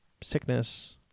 sickness